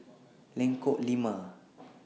Lengkok Lima